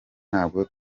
ntabwo